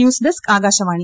news desk Akashvani